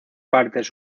partes